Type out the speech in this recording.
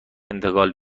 انتقال